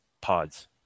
pods